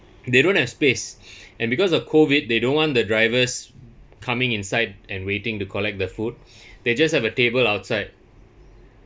they don't have space and because of COVID they don't want the drivers coming inside and waiting to collect the food they just have a table outside